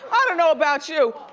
i don't know about you,